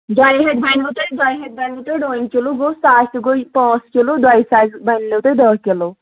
دۄیہِ ہَتھِ بَنِوٕ تۄہہِ دۄیہِ ہَتھِ بَنِوٕ تۄہہِ ڈۄنۍ کِلوٗ گوٚو ساسہِ گوٚو یہِ پانٛژھ کِلوٗ دۄیہِ ساسہِ بَنِنو تۄہہِ دَہ کِلوٗ